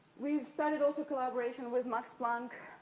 we've started, also, collaboration with max planck,